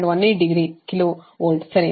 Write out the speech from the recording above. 18 degree kilo volt ಸರಿನಾ